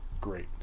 great